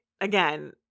again